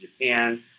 Japan